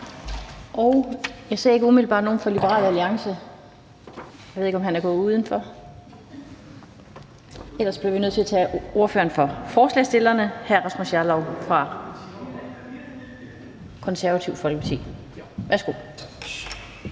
Jeg ser ikke umiddelbart nogen fra Liberal Alliance. Jeg ved ikke, om han er gået udenfor. Så bliver vi nødt til at tage ordføreren for forslagsstillerne, hr. Rasmus Jarlov fra Det Konservative Folkeparti. Værsgo.